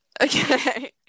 Okay